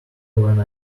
when